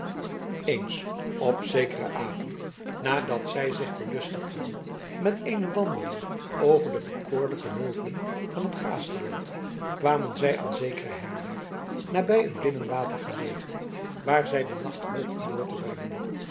eens op zekeren avond nadat zij zich verlustigd hadden met een wandeling over de bekoorlijke heuvelen van het gaasterland kwamen zij aan zekere herberg nabij een binnenwater gelegen waar zij den nacht hoopten door te brengen